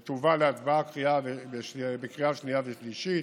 והיא תובא להצבעה בקריאה שנייה ושלישית,